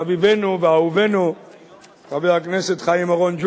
חביבנו ואהובנו חבר הכנסת חיים אורון,